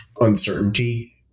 uncertainty